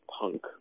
punk